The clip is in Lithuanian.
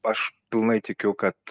aš pilnai tikiu kad